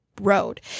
road